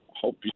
Hope